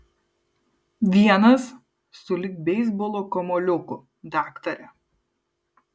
vienas sulig beisbolo kamuoliuku daktare